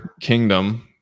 kingdom